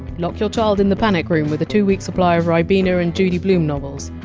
lock your child in the panic room with a two week supply of ribena and judy blume novels.